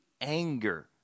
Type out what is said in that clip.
anger